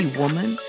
woman